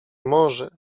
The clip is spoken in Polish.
może